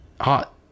hot